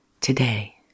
today